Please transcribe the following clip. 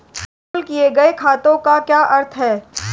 Pool किए गए खातों का क्या अर्थ है?